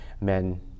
men